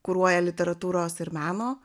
kuruoja literatūros ir meno